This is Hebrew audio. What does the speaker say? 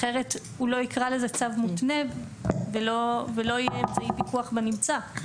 אחרת הוא לא יקרא לזה צו מותנה ולא יהיה אמצעי פיקוח בנמצא.